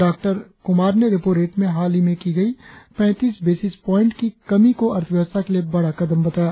डॉ कुमार ने repo rate में हाल में की गई पैतीस बेसिस पोईंट की कमी को अर्थव्यवस्था के लिए बड़ा कदम बताया